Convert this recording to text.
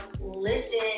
listen